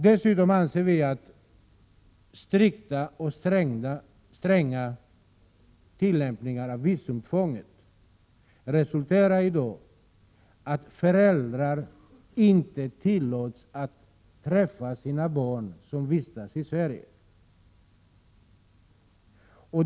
Dessutom anser vi att strikta och stränga tillämpningar av visumtvånget resulterar i t.ex. att föräldrar inte tillåts träffa sina barn som vistas i Sverige.